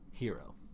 hero